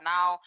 Now